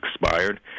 expired